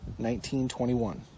1921